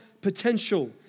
potential